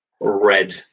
red